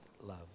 love